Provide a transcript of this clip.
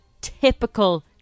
typical